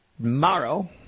tomorrow